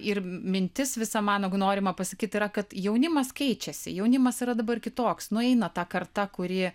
ir mintis visa mano norima pasakyt yra kad jaunimas keičiasi jaunimas yra dabar kitoks nueina ta karta kuri